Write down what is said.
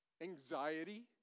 anxiety